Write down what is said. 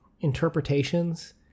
interpretations